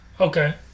Okay